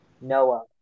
Noah